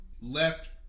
left